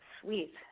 sweet